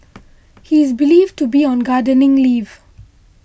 he is believed to be on gardening leave